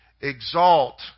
exalt